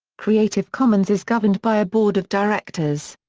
creative commons is governed by a board of directors.